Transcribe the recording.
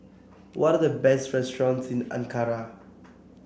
what the best restaurants in Ankara